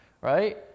right